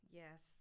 yes